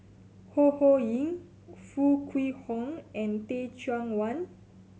Ho Ho Ying Foo Kwee Horng and Teh Cheang Wan